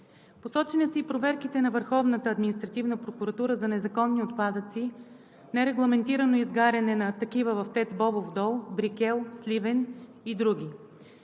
Посочени са и проверките на Върховната административна прокуратура за незаконни отпадъци, нерегламентирано изгаряне на такива в ТЕЦ „Бобов дол“, Брикел, Сливен и други;